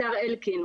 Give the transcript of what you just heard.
השר אלקין,